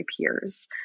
peers